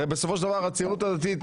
הרי בסופו של דבר הציונות הדתית,